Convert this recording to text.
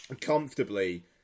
comfortably